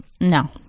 no